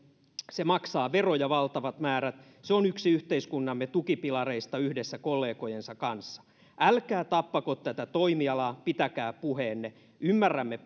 se maksaa veroja valtavat määrät se on yksi yhteiskuntamme tukipilareista yhdessä kollegojensa kanssa älkää tappako tätä toimialaa pitäkää puheenne ymmärrämme